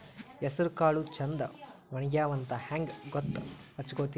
ಹೆಸರಕಾಳು ಛಂದ ಒಣಗ್ಯಾವಂತ ಹಂಗ ಗೂತ್ತ ಹಚಗೊತಿರಿ?